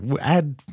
add